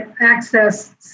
access